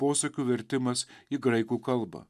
posakių vertimas į graikų kalbą